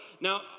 Now